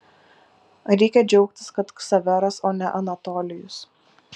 reikia džiaugtis kad ksaveras o ne anatolijus